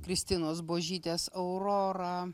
kristinos buožytės aurora